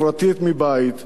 ואתה ראש הממשלה,